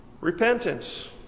repentance